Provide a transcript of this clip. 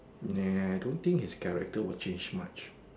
nah I don't think his character will change much